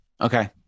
Okay